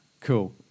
cool